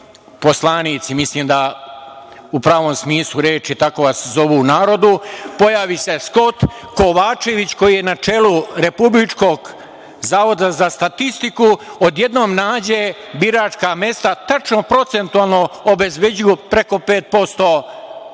poslanici mislim da u pravom smislu reči tako vas zovu u narodu, pojavi se Skot, Kovačević koji je načelu Republičkog zavoda za statistiku odjednom nađe biračka mesta tačno procentualno obezbeđuju preko 5%